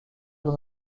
dans